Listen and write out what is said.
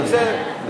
הכנסת,